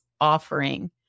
offering